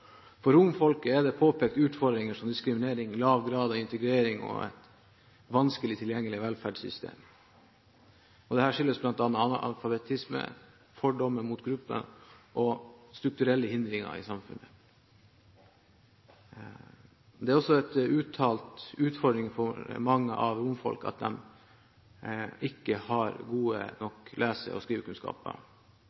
For romfolket er det påpekt utfordringer som diskriminering, lav grad av integrering og et vanskelig tilgjengelig velferdssystem. Dette skyldes bl.a. analfabetisme, fordommer mot gruppen og strukturelle hindringer i samfunnet. Det er også en uttalt utfordring for mange av romfolket at de ikke har gode